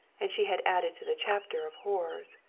and she had added to the chapter of horrors.